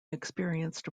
experienced